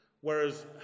whereas